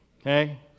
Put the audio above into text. Okay